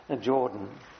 Jordan